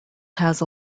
has